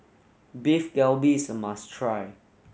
Beef Galbi is a must try